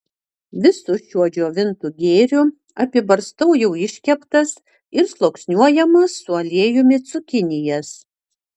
visu šiuo džiovintu gėriu apibarstau jau iškeptas ir sluoksniuojamas su aliejumi cukinijas